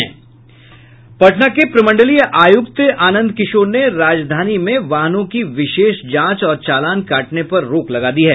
पटना के प्रमंडलीय आयुक्त आनंद किशोर ने राजधानी पटना में वाहनों की विशेष जांच और चालान काटने पर रोक लगा दी है